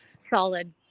solid